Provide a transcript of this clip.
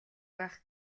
байх